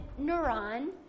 neuron